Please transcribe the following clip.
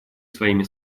своими